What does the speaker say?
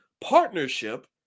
partnership